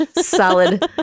Solid